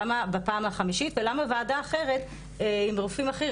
למה בפעם החמישית ולמה וועדה אחרת עם רופאים אחרים,